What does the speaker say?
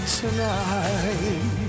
tonight